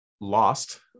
lost